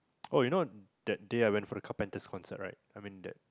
oh you know that day I went for the Carpenter's concert right I mean that